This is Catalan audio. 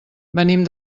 venim